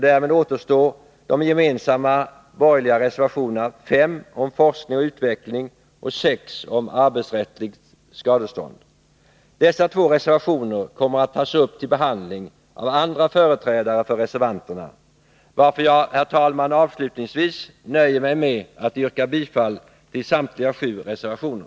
Därmed återstår de gemensamma borgerliga reservationerna 5 om forskning och utveckling och 6 om arbetsrättsligt skadestånd. Dessa två reservationer kommer att tas upp till behandling av andra företrädare för reservanterna, varför jag, herr talman, avslutningsvis nöjer mig med att yrka bifall till samtliga sju reservationer.